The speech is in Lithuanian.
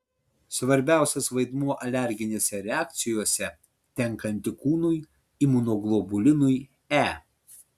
svarbiausias vaidmuo alerginėse reakcijose tenka antikūnui imunoglobulinui e